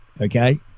okay